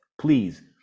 Please